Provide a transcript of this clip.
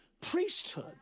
priesthood